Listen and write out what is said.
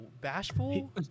Bashful